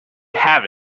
have